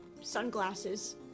sunglasses